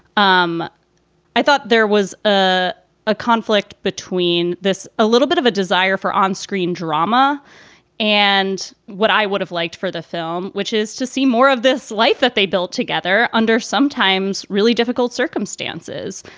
um i thought there was ah a conflict between this, a little bit of a desire for on-screen drama and what i would have liked for the film, which is to see more of this life that they built together under sometimes really difficult circumstances.